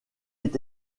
est